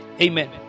amen